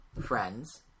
friends